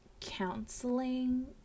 counseling